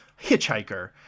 hitchhiker